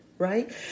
right